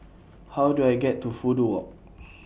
How Do I get to Fudu Walk